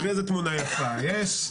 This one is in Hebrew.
תראי איזה תמונה יפה יש,